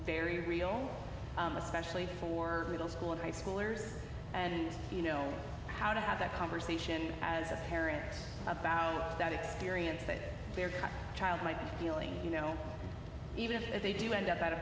very real especially for middle school and high schoolers and you know how to have that conversation as a parent about that experience that their child might feeling you know even if they do end up at a